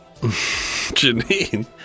Janine